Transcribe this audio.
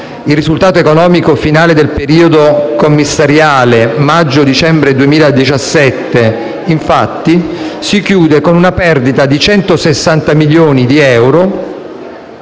il risultato economico finale del periodo commissariale da maggio a dicembre 2017 si chiude infatti con una perdita di 160 milioni di euro,